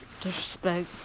Disrespect